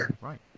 Right